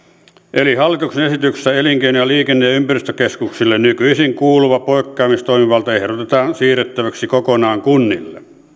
eli hallituksen esityksessä elinkeino liikenne ja ympäristökeskuksille nykyisin kuuluva poikkeamistoimivalta ehdotetaan siirrettäväksi kokonaan kunnille